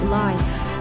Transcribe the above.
life